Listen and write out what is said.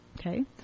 Okay